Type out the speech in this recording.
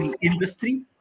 industry